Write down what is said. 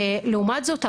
לעומת זאת,